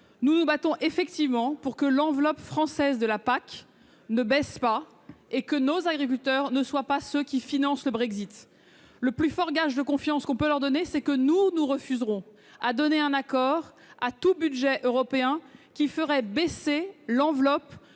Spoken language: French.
Nous nous battons effectivement pour que l'enveloppe française de la PAC ne baisse pas et pour que nos agriculteurs ne soient pas ceux qui financent le Brexit. Le plus fort gage de confiance que l'on peut leur donner, c'est que nous nous refuserons à donner notre accord à tout budget européen qui ferait baisser l'enveloppe